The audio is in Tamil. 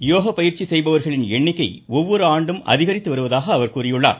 யோக பயிற்சி செய்பவர்களின் எண்ணிக்கை ஒவ்வொரு ஆண்டும் அதிகரித்து வருவதாக தெரிவித்துள்ளார்